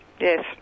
Yes